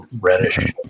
reddish